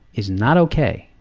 is not okay.